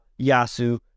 Yasu